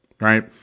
Right